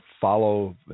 follow